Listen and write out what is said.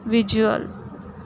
visual